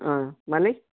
ఆ మళ్ళీ